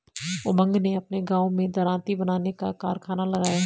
उमंग ने अपने गांव में दरांती बनाने का कारखाना लगाया